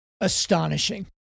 astonishing